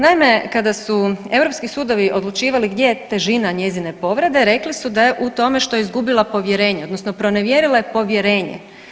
Naime, kada su europski sudovi odlučivali gdje je težina njezine povrede, rekli su da je u tome što je izgubila povjerenje, odnosno pronevjerila je povjerenje.